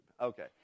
Okay